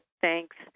Thanks